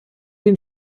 den